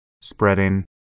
spreading